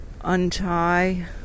untie